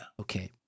Okay